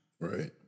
Right